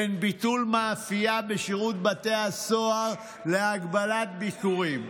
בין ביטול מאפייה בשירות בתי הסוהר להגבלת ביקורים.